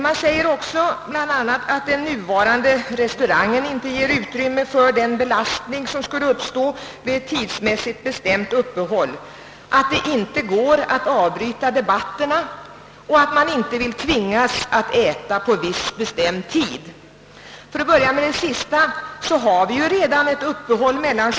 Man säger bl.a. att den nuvarande restaurangen inte ger utrymme för den belastning som skulle uppstå vid ett tidsmässigt bestämt uppehåll, att det inte går att avbryta debatterna och att man inte vill tvingas att äta på viss bestämd tid. För att börja med det sistnämnda kan sägas att vi redan nu har ett uppehåll mellan kl.